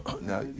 Now